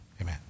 Amen